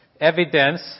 evidence